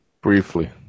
Briefly